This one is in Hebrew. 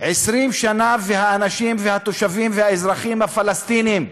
20 שנה, והאנשים והתושבים והאזרחים הפלסטינים,